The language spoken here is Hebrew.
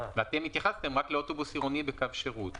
אתם התייחסתם רק לאוטובוס עירוני בקו שירות,